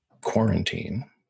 quarantine